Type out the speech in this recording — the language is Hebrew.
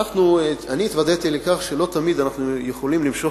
אני התוודעתי לכך שלא תמיד אנחנו יכולים למשוך